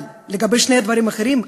אבל לגבי שני הדברים האחרים,